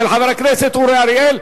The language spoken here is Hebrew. של חבר הכנסת אורי אריאל.